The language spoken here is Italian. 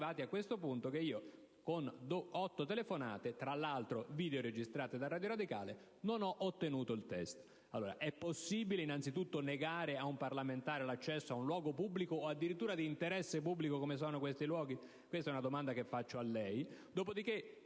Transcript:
È possibile negare a un parlamentare l'accesso a un luogo pubblico o di interesse pubblico come sono questi luoghi?